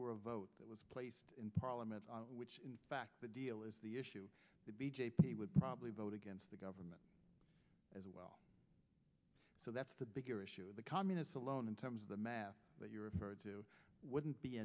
were a vote that was placed in parliament which in fact the deal is the issue would be j p would probably vote against the government as well so that's the bigger issue of the communists alone in terms of the math that you referred to wouldn't be